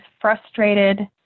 frustrated